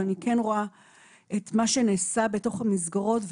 ואני כן רואה את מה שנעשה בתוך המסגרות,